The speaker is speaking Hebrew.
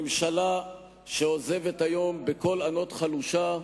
ממשלה שעוזבת היום בקול ענות חלושה,